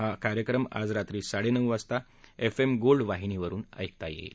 हा कार्यक्रम आज रात्री साडे नऊ वाजता एफ एम गोल्ड वाहिनीवरुन ऐकता येईल